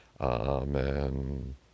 Amen